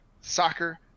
soccer